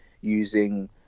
using